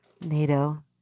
NATO